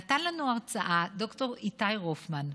נתן לנו הרצאה ד"ר איתי רופמן,